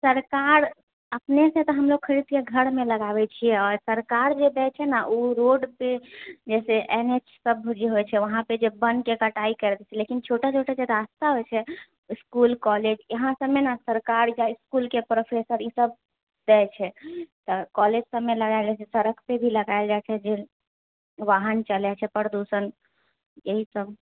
सरकार अपनेसँ तऽ खरीदके हमलोक घरमे लगाबए छिऐ कि आओर सरकार जे देइ छै ने ओ रोड पर जैसे एन एच पर बूझिऔ होइत छै वहाँ पर जे वनके कटाइ करए छै लेकिन छोटा छोटा जे रास्ता होइत छै इसकुल कॉलेज यहाँ सबमे ने सरकार यऽ इसकुलके प्रोफेसर ई सब रहैत छै तऽ कॉलेज सभमे लगाएल जाइत छै सड़क पर भी लगाएल जाइत छै वाहन चलए छै प्रदूषण इएह सब